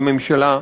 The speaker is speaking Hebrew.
לממשלה,